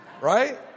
right